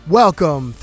welcome